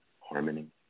harmony